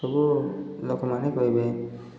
ସବୁ ଲୋକମାନେ କହିବେ